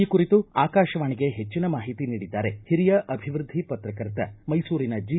ಈ ಕುರಿತು ಆಕಾಶವಾಣಿಗೆ ಹೆಚ್ಚಿನ ಮಾಹಿತಿ ನೀಡಿದ್ದಾರೆ ಹಿರಿಯ ಅಭಿವೃದ್ದಿ ಪತ್ರಕರ್ತ ಮೈಸೂರಿನ ಜಿ